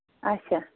اَچھا